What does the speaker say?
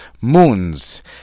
moons